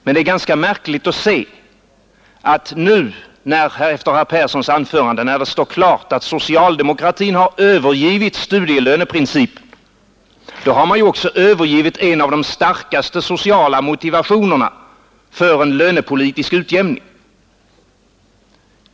Men det är ganska märkligt att erfara — efter herr Perssons anförande står det ju klart — att socialdemokratin har övergivit studielöneprincipen. Då har man också övergivit en av de starkaste sociala motivationerna för en lönepolitisk utjämning.